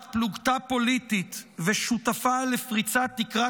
בת-פלוגתא פוליטית ושותפה לפריצת תקרת